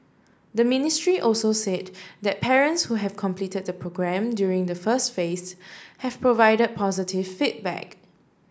the ministry also said that parents who have completed the programme during the first phase have provided positive feedback